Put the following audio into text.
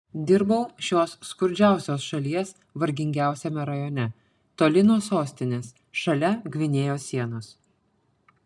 dirbau šios skurdžiausios šalies vargingiausiame rajone toli nuo sostinės šalia gvinėjos sienos